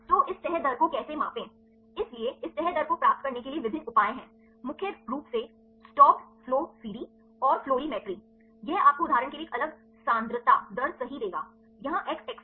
तो इस तह दर को कैसे मापें इसलिए इस तह दर को प्राप्त करने के लिए विभिन्न उपाय हैं मुख्य रूप से स्टोप्पड फ्लो CD और फ्लोरीमेट्री यह आपको उदाहरण के लिए एक अलग सांद्रता दर सही देगा यहाँ एक्स अक्ष